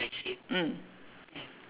mm